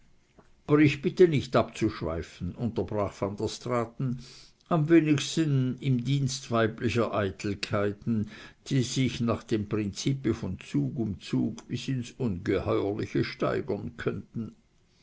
gehalten ich bitte nicht abzuschweifen unterbrach van der straaten am wenigsten im dienst weiblicher eitelkeiten die sich nach dem prinzipe von zug um zug bis ins ungeheuerliche steigern könnten